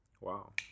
Wow